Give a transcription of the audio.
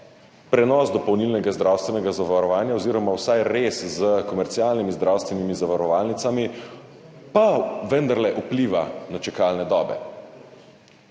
prenos dopolnilnega zdravstvenega zavarovanja oziroma vsaj rez s komercialnimi zdravstvenimi zavarovalnicami vendarle vpliva na čakalne dobe.